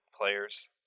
players